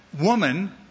woman